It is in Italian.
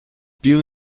più